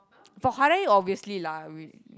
for Hari-Raya obviously lah we